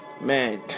Man